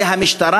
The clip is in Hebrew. זו המשטרה,